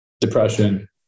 depression